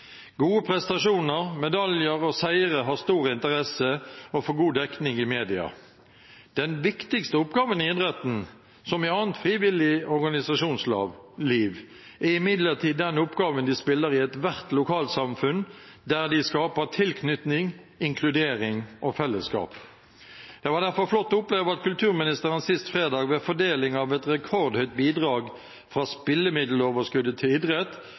Gode prestasjoner, medaljer og seire har stor interesse og får god dekning i media. Den viktigste oppgaven i idretten, som i annet frivillig organisasjonsliv, er imidlertid den oppgaven de spiller i ethvert lokalsamfunn, der de skaper tilknytning, inkludering og fellesskap. Det var derfor flott å oppleve at kulturministeren sist fredag ved fordeling av et rekordhøyt bidrag fra spillemiddeloverskuddet til idrett